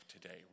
today